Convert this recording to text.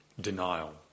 denial